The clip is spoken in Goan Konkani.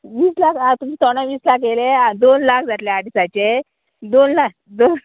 वीस लाख आं तुमीचे तोंडाक वीस लाख येयले दोन लाख जातले आठ दिसाचे दोन लाख दोन